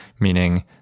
meaning